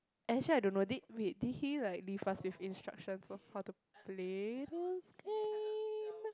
actually I don't know did wait did he like leave us with instructions of how to play this game